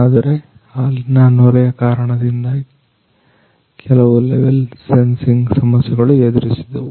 ಆದರೆ ಹಾಲಿನ ನೊರೆಯ ಕಾರಣದಿಂದ ಕೆಲವು ಲೆವೆಲ್ ಸೆನ್ಸಿಂಗ್ ಸಮಸ್ಯೆಗಳನ್ನು ನಾವು ಎದುರಿಸಿದೆವು